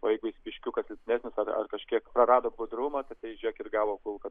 o jeigu jis biškiuką silpnesnis ar ar kažkiek prarado budrumą tiktai žėk ir gavo kulką